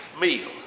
meal